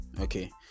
okay